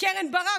וקרן ברק,